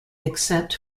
except